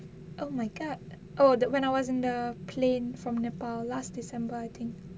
oh my god oh when I was in the plane from nepal last december I think